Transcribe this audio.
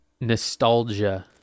Nostalgia